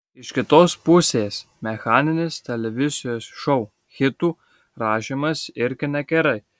iš kitos pusės mechaninis televizijos šou hitų rašymas irgi negerai